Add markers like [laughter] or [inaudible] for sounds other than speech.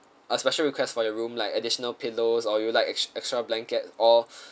a special request for your room like additional pillows or you like ext~ extra blankets or [breath]